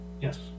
Yes